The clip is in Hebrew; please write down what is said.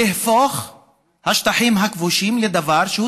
להפוך את השטחים הכבושים לדבר שהוא